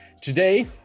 Today